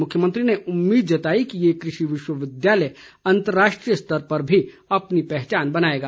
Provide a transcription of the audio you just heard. मुख्यमंत्री ने उम्मीद जताई कि ये कृषि विश्वविद्यालय अंतर्राष्ट्रीय स्तर पर भी अपनी पहचान बनाएगा